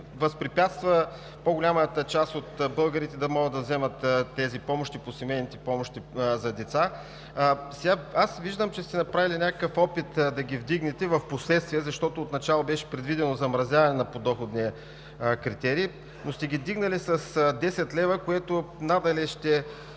възпрепятства по-голямата част от българите да могат да вземат тези семейни помощи за деца. Виждам, че сте направили някакъв опит да ги вдигнете в последствие, защото отначало беше предвидено замразяване на подоходния критерий. Вдигнали сте подоходния